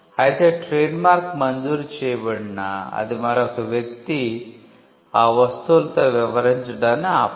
అయితే ట్రేడ్మార్క్ మంజూరు చేయబడినా అది మరొక వ్యక్తి ఆ వస్తువులతో వ్యవహరించడాన్ని ఆపదు